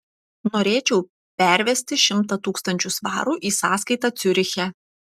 norėčiau pervesti šimtą tūkstančių svarų į sąskaitą ciuriche